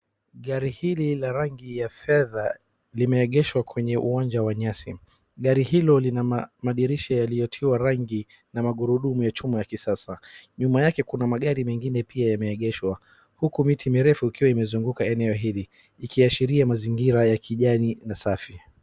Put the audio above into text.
Gari hili la rangi ya fedha limeegeshwa kwenye uwanja wa nyasi. Gari hilo lina madirisha yaliyotiwa rangi na magurudumu ya chuma ya kisasa. Nyuma yake kuna magari mengine pia yameegeshwa hukumiti mirefu ikiwa imezunguka eneo hili ikiashiria mazingira ya kijani na safi.